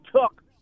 took